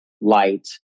light